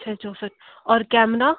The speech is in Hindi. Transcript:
छः चौंसठ और कैमरा